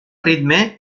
ritme